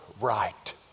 right